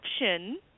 option